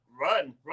Run